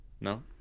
No